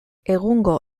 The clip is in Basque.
egungo